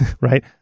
right